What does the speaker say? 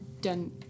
done